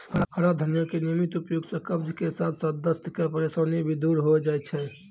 हरा धनिया के नियमित उपयोग सॅ कब्ज के साथॅ साथॅ दस्त के परेशानी भी दूर होय जाय छै